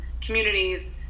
communities